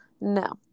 No